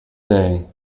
day